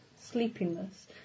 sleepiness